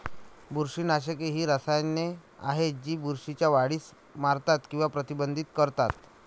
बुरशीनाशके ही रसायने आहेत जी बुरशीच्या वाढीस मारतात किंवा प्रतिबंधित करतात